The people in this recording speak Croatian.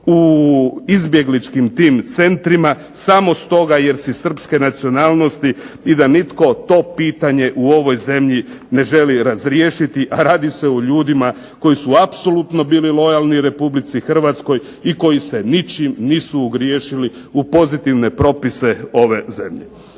u izbjegličkim tim centrima samo stoga jer si srpske nacionalnosti i da nitko to pitanje u ovoj zemlji ne želi razriješiti a radi se o ljudima koji su apsolutno bili lojalni Republici Hrvatskoj i koji se ničim nisu ogriješili u pozitivne propise ove zemlje.